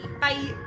Bye